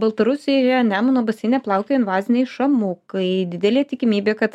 baltarusijoje nemuno baseine plaukioja invaziniai šamukai didelė tikimybė kad